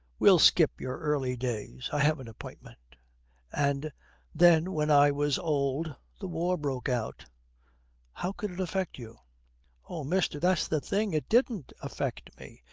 we'll skip your early days. i have an appointment and then when i was old the war broke out how could it affect you oh, mister, that's the thing. it didn't affect me.